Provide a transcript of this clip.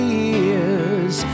years